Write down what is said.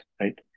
right